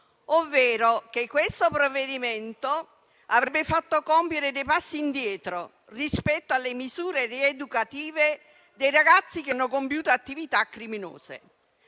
ovvero che il provvedimento avrebbe fatto compiere dei passi indietro rispetto alle misure rieducative dei ragazzi che hanno compiuto attività criminose.